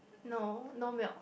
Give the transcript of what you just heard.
no no milk